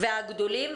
והגדולים?